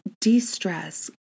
de-stress